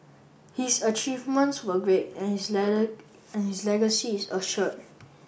his achievements were great and his and his legacy is assured